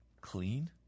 clean